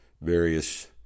various